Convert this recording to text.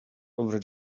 over